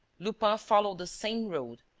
lupin followed the same road,